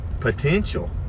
potential